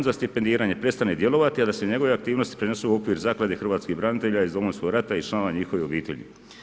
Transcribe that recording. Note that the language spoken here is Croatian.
za stipendiranje prestane djelovati a da se njegove aktivnosti prenesu u okvir zaklade hrvatskih branitelja iz Domovinskog rata i članova njihovih obitelji.